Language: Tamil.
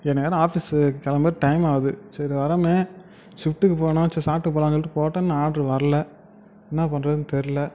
எனக்கு வேறு ஆஃபீஸுக்கு கிளம்ப டைமாகுது சரி வரோமே ஷிஃப்ட்டுக்கு போகணும் சரி சாப்பிட்டு போகலான்னு சொல்லிட்டு போட்டேன் இன்னும் ஆர்ட்ரு வரல என்னப் பண்ணுறதுன்னு தெரில